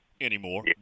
anymore